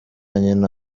nyina